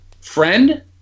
friend